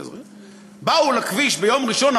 באו לכביש ביום ראשון,